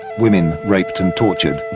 women raped and tortured,